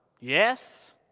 Yes